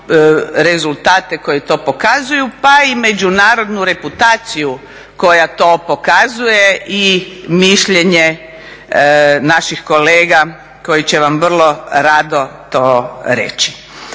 rezultate koji to pokazuju pa i međunarodnu reputaciju koja to pokazuje i mišljenje naših kolega koji će vam vrlo rado to reći.